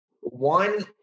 One